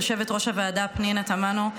יושבת-ראש הוועדה פנינה תמנו,